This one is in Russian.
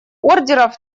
ордеров